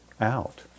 out